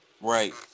right